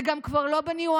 זה גם כבר לא בניואנסים,